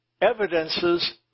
evidences